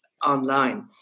Online